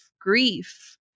grief